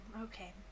Okay